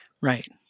Right